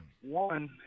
one